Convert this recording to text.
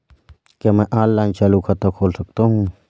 क्या मैं ऑनलाइन चालू खाता खोल सकता हूँ?